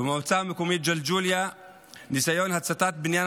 במועצה המקומית ג'לג'וליה היה ניסיון להצתת בניין